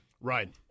Right